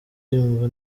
yumva